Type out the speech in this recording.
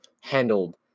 handled